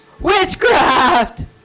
witchcraft